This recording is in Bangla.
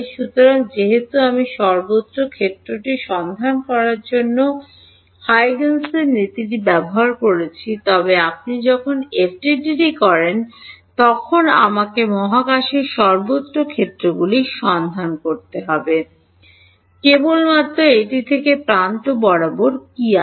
সুতরাং যেহেতু আমি সর্বত্র ক্ষেত্রটি সন্ধান করার জন্য হুইজেনের নীতিটি প্রয়োগ করতে পারি তবে আপনি যখন এফডিটিডি করেন তখন আমাকে মহাকাশের সর্বত্র ক্ষেত্রগুলি সন্ধান করতে হবে কেবলমাত্র এটি থেকে প্রান্ত বরাবর কি আছে